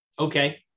Okay